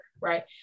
right